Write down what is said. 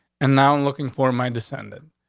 and now i'm looking for my descendant.